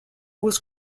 was